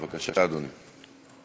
בבקשה, אדוני.